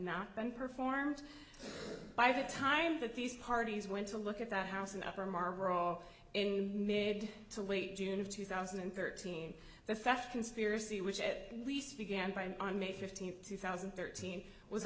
not been performed by the time that these parties went to look at that house in upper marlboro in mid to late june of two thousand and thirteen the feste conspiracy which at least began by on may fifteenth two thousand and thirteen was